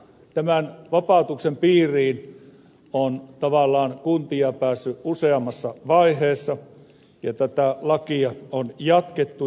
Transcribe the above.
tämän vapautuksen piiriin on tavallaan kuntia päässyt useammassa vaiheessa ja tätä lakia on jatkettu